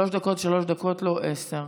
שלוש דקות ולא עשר.